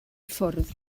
ffwrdd